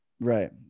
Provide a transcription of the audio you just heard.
Right